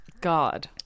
God